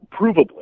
provably